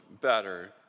better